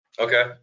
Okay